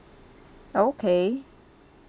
okay